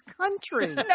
country